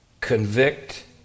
convict